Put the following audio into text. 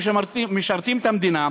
שמשרתים את המדינה,